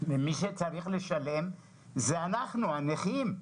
ומי שצריך לשלם זה אנחנו, הנכים.